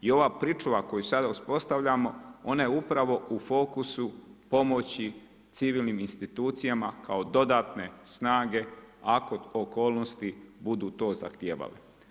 I ova pričuva koju sada uspostavljamo, one upravo u fokusi pomoći civilnim institucijama, kao dodatne snage, ako okolnosti budu to zahtijevali.